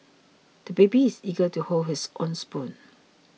the baby is eager to hold his own spoon